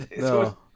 No